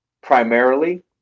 primarily